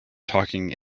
talking